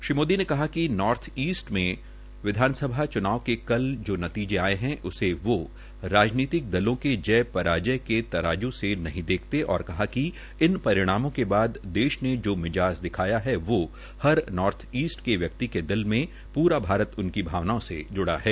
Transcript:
श्री मोदी ने कहा कि नॉर्थ ईस्ट में विधानसभा चुनाव के कल जो नतीजे आए हैं उसे वो राजनीतिक दलों के जय पराजय के तराजू से नहीं देखते और कहा कि इन परिणामों के बाद देश ने जो मिजाज दिखाया है वो हर नॉर्थ ईस्ट व्यक्ति के दिल में पूरा भारत उनकी भावनाओं से जुड़ा है